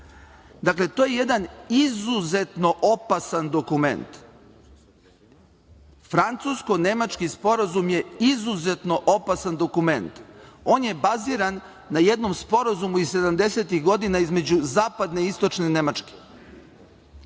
grupa. Dakle, to je jedan izuzetno opasan dokument. Francusko-nemački sporazum je izuzetno opasan dokument. On je baziran na jednom sporazumu iz sedamdesetih godina između Zapadne i Istočne Nemačke.